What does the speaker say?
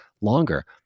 longer